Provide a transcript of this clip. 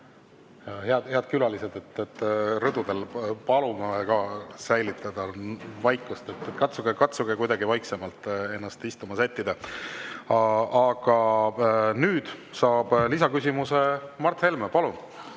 Head külalised rõdudel! Palun säilitada vaikust! Katsuge kuidagi vaiksemalt ennast istuma sättida. Aga nüüd saab lisaküsimuse Mart Helme. Palun!